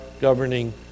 governing